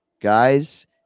guys